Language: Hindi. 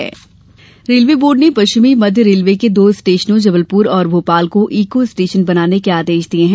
रेलवे बोर्ड रेलवे बोर्ड ने पश्चिमी मध्य रेलवे के दो स्टेशनों जबलपुर और भोपाल को ईको स्टेशन बनाने के आदेश दिए है